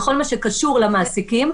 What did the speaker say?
-- בכל מה שקשור למעסיקים.